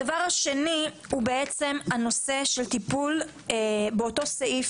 הדבר השני, הנושא של טיפול באותו סעיף